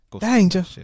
Danger